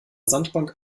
sandbank